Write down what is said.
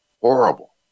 horrible